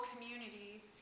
community